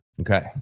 okay